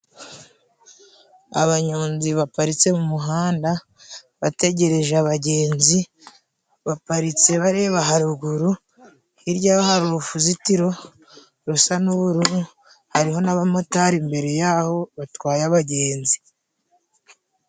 Abanyonzi baparitse mu muhanda bategereje abagenzi, baparitse bareba haruguru. Hirya yaho hari urufuzitiro rusa n'ubururu hariho n'abamotari imbere yaho batwaye abagenzi.